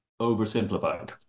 oversimplified